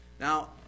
Now